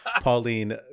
Pauline